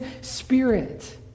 spirit